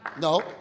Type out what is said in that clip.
No